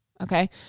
okay